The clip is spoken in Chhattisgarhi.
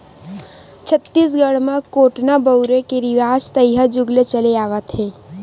छत्तीसगढ़ म कोटना बउरे के रिवाज तइहा जुग ले चले आवत हे